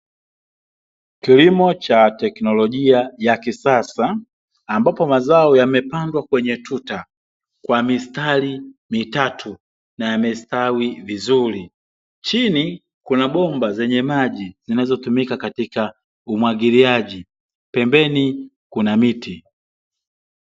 Kilimo cha teknolojia ya kisasa, ambapo mazao yamepandwa kwenye tuta, kwa mistari mitatu, na yamestawi vizuri. Chini kuna bomba zenye maji, zinazotumika katika umwagiliaji, Pembeni kuna miti.